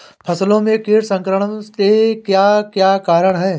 फसलों में कीट संक्रमण के क्या क्या कारण है?